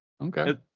Okay